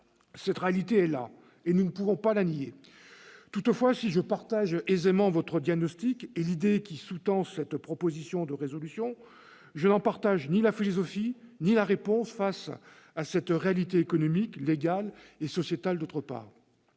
est la réalité, que nous ne pouvons pas nier. Toutefois, si je partage aisément le diagnostic et l'idée qui sous-tend cette proposition de résolution, je n'en partage ni la philosophie ni le remède, face à la réalité économique, légale et sociétale. Tout